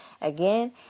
Again